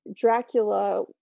Dracula